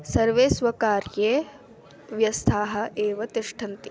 सर्वे स्वकार्ये व्यस्ताः एव तिष्ठन्ति